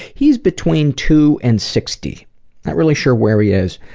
he's between two and sixty. not really sure where he is.